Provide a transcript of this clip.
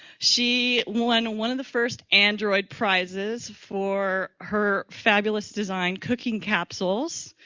she won one of the first android prices for her fabulous design, cooking capsules,